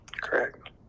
Correct